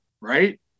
right